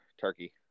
turkey